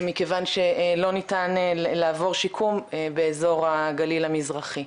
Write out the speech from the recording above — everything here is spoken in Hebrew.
מכיוון שלא ניתן לעבור שיקום באזור הגליל המזרחי,